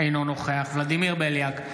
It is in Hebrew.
אינו נוכח ולדימיר בליאק,